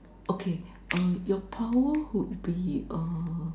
okay uh your power would be uh